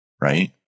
right